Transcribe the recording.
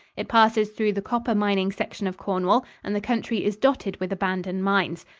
it passes through the copper-mining section of cornwall and the country is dotted with abandoned mines.